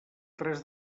tres